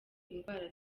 indwara